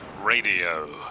Radio